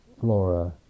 flora